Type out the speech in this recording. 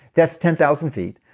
that's ten thousand feet.